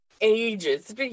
ages